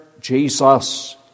Jesus